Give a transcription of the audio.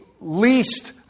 least